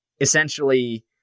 essentially